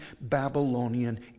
Babylonian